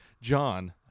john